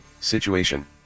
situation